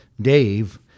Dave